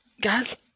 Guys